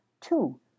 Two